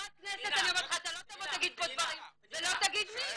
כחברת כנסת אתה לא תבוא ותגיד פה דברים ולא תגיד מי.